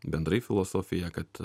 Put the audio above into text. bendrai filosofiją kad